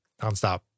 nonstop